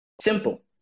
simple